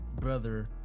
brother